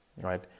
right